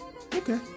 Okay